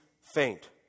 faint